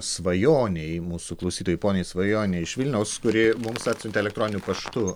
svajonei mūsų klausytojai poniai svajonei iš vilniaus kuri mums atsiuntė elektroniniu paštu